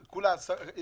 לכן ביקשו שגם בזה,